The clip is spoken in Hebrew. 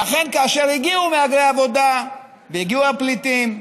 ואכן, כאשר הגיעו מהגרי העבודה והגיעו הפליטים,